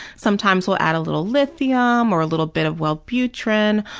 sometimes we'll add a little lithium or a little bit of wellbutrin,